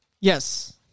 Yes